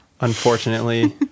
Unfortunately